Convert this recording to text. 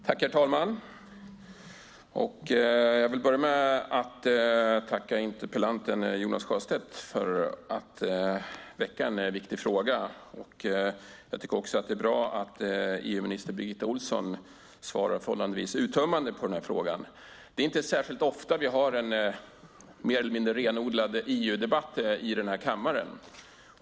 Herr talman! Jag vill börja med att tacka interpellanten Jonas Sjöstedt för att han har väckt en viktig fråga. Jag tycker också att det är bra att EU-minister Birgitta Ohlsson svarar förhållandevis uttömmande på frågan. Det är inte ofta vi har en mer eller mindre renodlad EU-debatt i denna kammare.